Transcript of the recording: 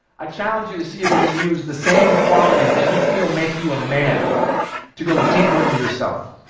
i challenge you to see if you can use the same qualities that you feel make you a man to go deeper into yourself.